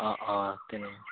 অঁ অঁ তেনেকুৱা